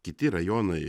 kiti rajonai